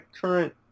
current